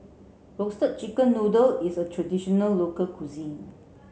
roasted chicken noodle is a traditional local cuisine